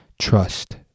trust